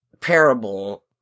parable